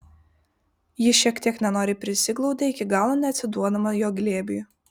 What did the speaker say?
ji šiek tiek nenoriai prisiglaudė iki galo neatsiduodama jo glėbiui